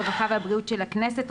הרווחה והבריאות של הכנסת,